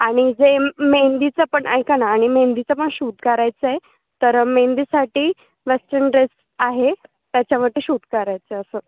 आणि जे मेहेंदीचं पण ऐका ना आणि मेहंदीचं पण शूट करायचं आहे तर मेहंदीसाठी वेस्टर्न ड्रेस आहे त्याच्यामध्ये शूट करायचं असं